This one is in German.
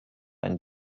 ein